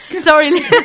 Sorry